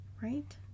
right